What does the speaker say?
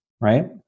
right